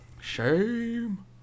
Shame